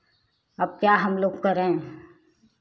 अब क्या हमलोग करें